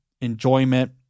enjoyment